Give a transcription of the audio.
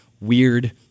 weird